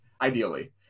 ideally